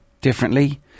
differently